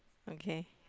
okay